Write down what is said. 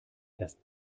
erst